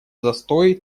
застой